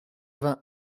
vingt